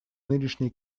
нынешней